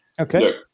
okay